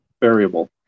Variable